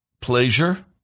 pleasure